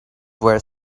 were